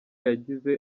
yagize